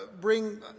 bring